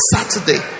Saturday